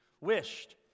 wished